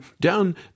down